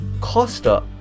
Costa